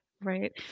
right